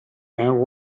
and